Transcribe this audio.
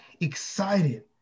excited